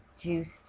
juiced